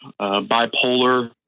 bipolar